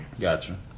Gotcha